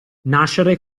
nascere